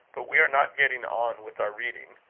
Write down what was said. but we are not getting on with our reading.